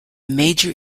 major